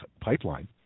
Pipeline